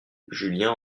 julien